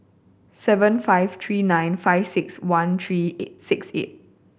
seven five three nine five six one three six eight